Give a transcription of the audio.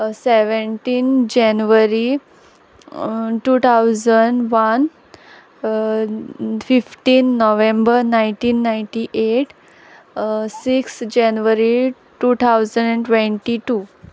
seventeen January wo thousand one fifteen November nineteen ninety eighth six January two thousand and twenty two